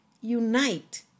unite